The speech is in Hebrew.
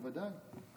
בוודאי.